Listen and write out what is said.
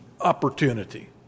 opportunity